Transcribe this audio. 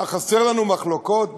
חסרות לנו מחלוקות?